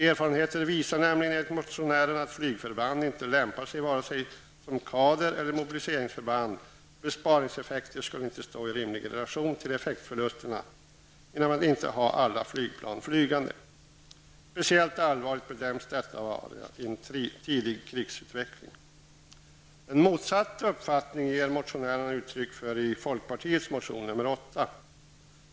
Erfarenheten visar nämligen, enligt motionärerna, att flygförband inte lämpar sig vare sig som kader eller mobiliseringsförband, och besparingseffekten skulle inte stå i rimlig relation till effektförlusten av att inte ha alla flygplan flygande. Speciellt allvarligt bedöms detta vara i en tidig krisutveckling. En motsatt uppfattning ger motionärerna uttryck för i folkpartiets motion Fö8.